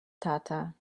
tata